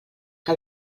que